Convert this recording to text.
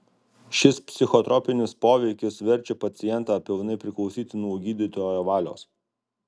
šis psichotropinis poveikis verčia pacientą pilnai priklausyti nuo gydytojo valios